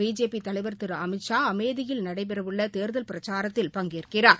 BJP தலைவர் திரு அமித்ஷா அமேதியில் நடைபெறவுள்ள தேர்தல் பிரச்சாரத்தில் பங்கேற்கிறார்